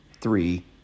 three